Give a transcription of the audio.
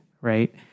right